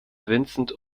vincent